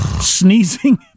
sneezing